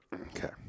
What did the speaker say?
Okay